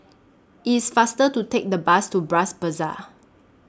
IT IS faster to Take The Bus to Bras Basah